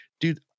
dude